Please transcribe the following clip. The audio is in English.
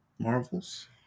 Marvels